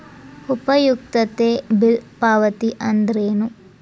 ಉಪಯುಕ್ತತೆ ಬಿಲ್ ಪಾವತಿ ಅಂದ್ರೇನು?